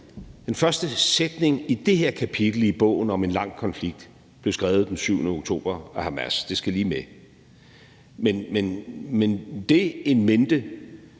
den første sætning i det her kapitel i bogen om en lang konflikt blev skrevet den 7. oktober af Hamas; det skal lige med. Med det i mente